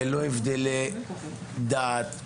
ללא הבדלים של דת,